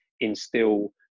instill